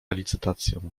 licytację